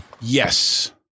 Yes